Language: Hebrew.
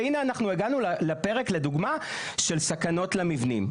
והנה אנחנו הגענו לפרק לדוגמא של סכנות למבנים.